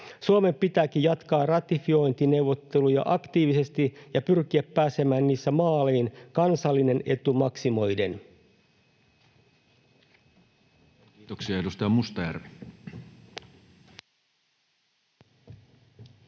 Suomen pitääkin jatkaa ratifiointineuvotteluja aktiivisesti ja pyrkiä pääsemään niissä maaliin kansallinen etu maksimoiden. Kiitoksia. — Edustaja Mustajärvi. Arvoisa